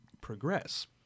progress